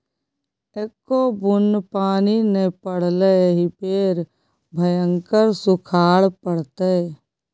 एक्को बुन्न पानि नै पड़लै एहि बेर भयंकर सूखाड़ पड़तै